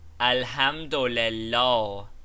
Alhamdulillah